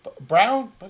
Brown